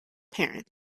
parent